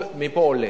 מפה זה רק עולה.